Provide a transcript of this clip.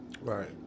Right